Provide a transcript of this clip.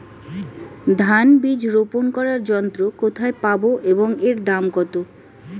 ধান বীজ রোপন করার যন্ত্র কোথায় পাব এবং এর দাম কত?